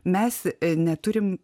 mes neturim